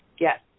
Yes